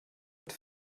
mit